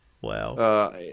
wow